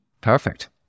Perfect